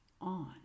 on